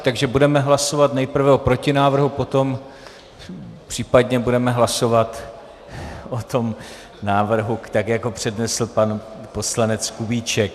Takže budeme hlasovat nejprve o protinávrhu, potom případně budeme hlasovat o tom návrhu, tak jak ho přednesl pan poslanec Kubíček.